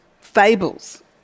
fables